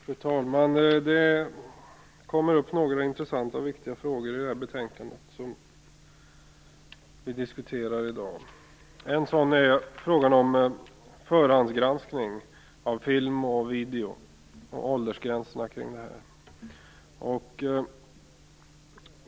Fru talman! Det kommer upp några intressanta och viktiga frågor i det betänkande som vi diskuterar i dag. En sådan är frågan om förhandsgranskning av film och video samt åldersgränserna i dessa sammanhang.